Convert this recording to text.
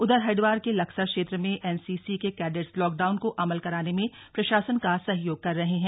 उधर हरिद्वार के लक्सर क्षेत्र में एनसीसी के कैडेट्स लॉकडाउन को अमल कराने में प्रशासन का सहयोग कर रहे हैं